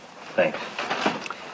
thanks